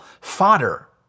Fodder